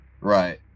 Right